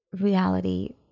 reality